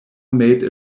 made